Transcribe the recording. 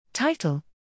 Title